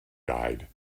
died